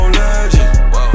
legend